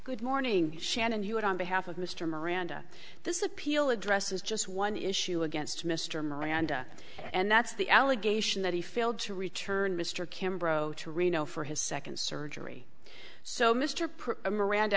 good morning shannon you would on behalf of mr miranda this appeal addresses just one issue against mr miranda and that's the allegation that he failed to return mr kim bro to reno for his second surgery so mr pearl miranda